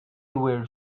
were